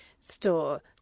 store